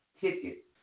ticket